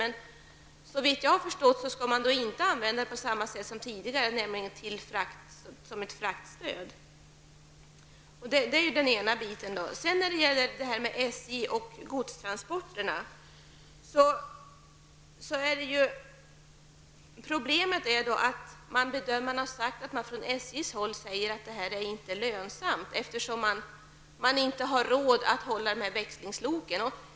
Men såvitt jag har förstått skall man inte använda det på samma sätt som tidigare, nämligen som ett fraktstöd. Det andra som har inträffat gäller SJ och godstransporterna. Från SJ sägs att detta inte är lönsamt, eftersom man inte har råd att hålla dessa växlingslok.